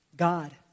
God